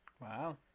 Wow